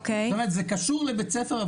זאת אומרת זה קשור לבית ספר,